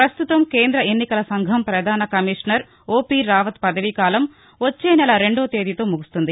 ప్రస్తుతం కేంద ఎన్నికల సంఘం ప్రధాన కమిషనర్ ఓపీ రావత్ పదవీకాలం వచ్చేనెల రెండో తేదీతో ముగుస్తుంది